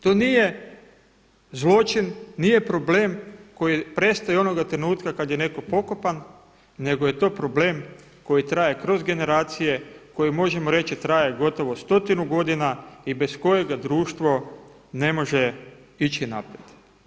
To nije zločin, nije problem koji prestaje onoga trenutka kada je netko pokopan, nego je to problem koji traje kroz generacije, koji možemo reći traje gotovo stotinu godina i bez kojega društvo ne može ići naprijed.